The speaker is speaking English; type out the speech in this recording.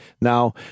Now